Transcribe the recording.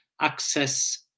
access